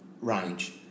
range